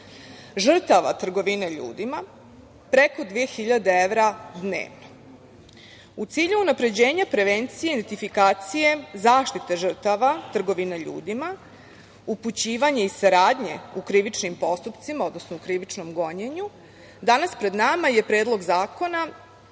žrtava trgovine ljudima preko 2.000 evra dnevno.U cilju unapređenja prevencije, identifikacije, zaštite žrtava trgovine ljudima, upućivanje i saradnje u krivičnim postupcima, odnosno u krivičnom gonjenju, danas pred nama je Predlog zakona